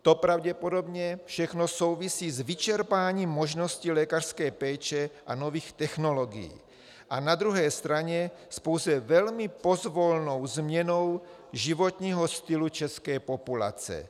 To pravděpodobně všechno souvisí s vyčerpáním možností lékařské péče a nových technologií a na druhé straně s pouze pozvolnou změnou životního stylu české populace.